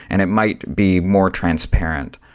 and it might be more transparent.